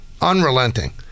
Unrelenting